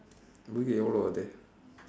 இப்பதுக்கு எவ்வளவு வருது:ippathukku evvalavu varuthu